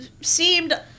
seemed